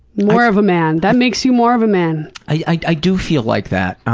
more of a man. that makes you more of a man. i do feel like that.